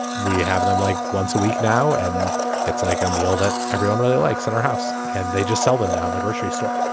we have them like once a week now and it's like a meal that everyone really likes in our house and they just sell them now in the grocery store.